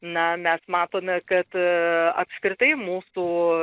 na mes matome kad apskritai mūsų